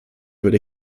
würde